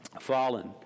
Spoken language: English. fallen